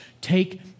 Take